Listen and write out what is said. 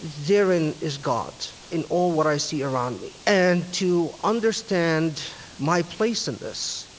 therein is god in all what i see around me, and to understand my place in this,